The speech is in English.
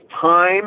time